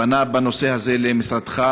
פנה בנושא הזה למשרדך,